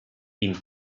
ihm